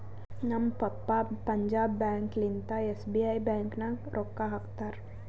ನಮ್ papa Punjab bank ಲಿಂತಾ SBI bank ನಾಗ್ ರೊಕ್ಕಾ ಹಾಕ್ತಾರ್